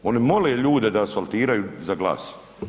Oni mole ljude da asfaltiraju za glas.